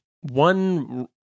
one